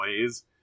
ways